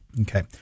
Okay